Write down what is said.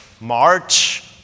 March